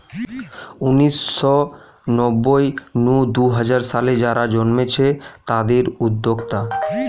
উনিশ শ নব্বই নু দুই হাজার সালে যারা জন্মেছে তাদির উদ্যোক্তা